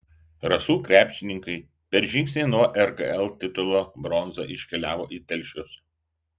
rasų krepšininkai per žingsnį nuo rkl titulo bronza iškeliavo į telšius